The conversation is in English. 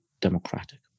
democratic